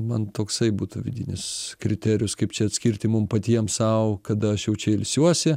man toksai būtų vidinis kriterijus kaip čia atskirti mum patiem sau kada aš jau čia ilsiuosi